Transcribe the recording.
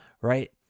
right